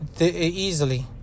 Easily